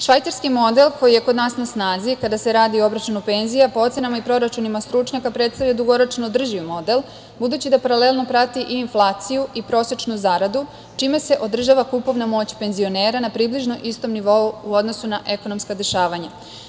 Švajcarski model koji je kod nas na snazi kada se radi o obračunu penzija, po ocenama i proračunima stručnjaka, predstavlja dugoročno održiv model, budući da paralelno prati i inflaciju i prosečnu zaradu, čime se održava kupovna moć penzionera na približno istom nivou u odnosu na ekonomska dešavanja.